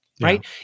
Right